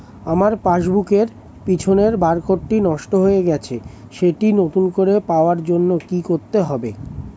আমার পাসবুক এর পিছনে বারকোডটি নষ্ট হয়ে গেছে সেটি নতুন করে পাওয়ার জন্য কি করতে হবে?